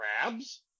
crabs